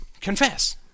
confess